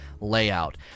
layout